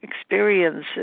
experiences